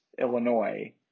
Illinois